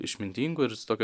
išmintingu ir su tokiu